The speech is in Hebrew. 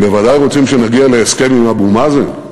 הם בוודאי רוצים שנגיע להסכם עם אבו מאזן,